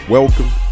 Welcome